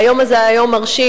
והיום הזה היה יום מרשים,